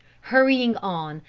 hurrying on,